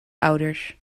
ouders